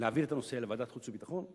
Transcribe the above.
להעביר את הנושא לוועדת חוץ וביטחון.